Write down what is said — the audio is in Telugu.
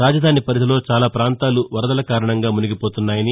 రాజధాని పరిధిలో చాలా పాంతాలు వరదల కారణంగా మునిగిపోతున్నాయని